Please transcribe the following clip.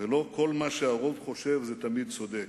ולא כל מה שהרוב חושב זה תמיד צודק."